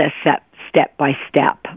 step-by-step